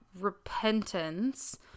repentance